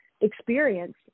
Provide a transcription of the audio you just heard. experience